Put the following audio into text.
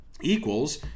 equals